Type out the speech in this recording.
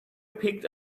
picked